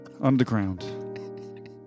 Underground